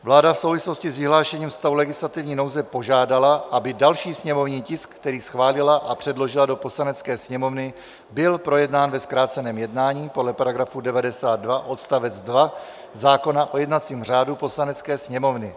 Vláda v souvislosti s vyhlášením stavu legislativní nouze požádala, aby další sněmovní tisk, který schválila a předložila do Poslanecké sněmovny, byl projednán ve zkráceném jednání podle § 99 odst. 2 zákona o jednacím řádu Poslanecké sněmovny.